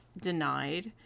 denied